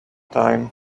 time